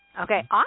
Okay